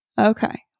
Okay